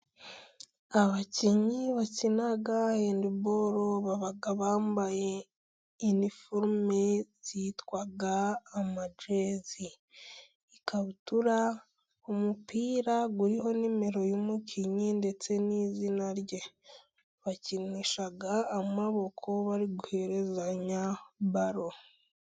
Abakinnyi bakina hendiboro baba bambaye impuzankano yitwa amajezi, ikabutura, umupira uriho nimero y'umukinnyi, ndetse n'izina rye, bakinisha amaboko bari guherezanya baro.